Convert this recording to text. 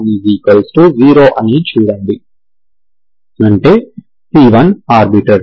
అంటే c1 arbitrary